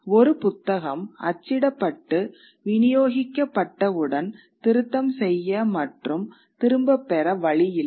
ஒரு புத்தகம் அச்சிடப்பட்டு விநியோகிக்கப்பட்டவுடன் திருத்தம் செய்ய மற்றும் திரும்பப்பெற வழி இல்லை